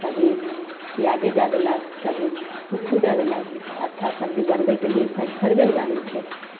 कभी पियाजे दए देलक कभी किछु दै देलक अच्छा सबजी बनबैके लिए सब थोड़बे ने जानैत छै